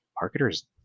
marketers